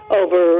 over